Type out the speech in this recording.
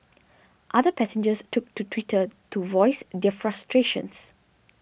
other passengers took to Twitter to voice their frustrations